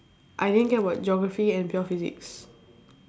I didn't care about geography and pure physics